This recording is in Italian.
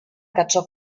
cacciò